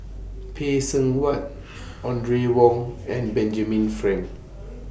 Phay Seng Whatt Audrey Wong and Benjamin Frank